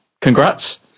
Congrats